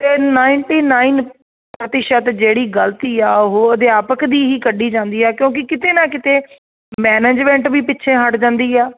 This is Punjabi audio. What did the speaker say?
ਅਤੇ ਨਾਈਨਟੀ ਨਾਈਨ ਪ੍ਰਤੀਸ਼ਤ ਜਿਹੜੀ ਗਲਤੀ ਆ ਉਹ ਅਧਿਆਪਕ ਦੀ ਹੀ ਕੱਢੀ ਜਾਂਦੀ ਹੈ ਕਿਉਂਕਿ ਕਿਤੇ ਨਾ ਕਿਤੇ ਮੈਨੇਜਮੈਂਟ ਵੀ ਪਿੱਛੇ ਹਟ ਜਾਂਦੀ ਆ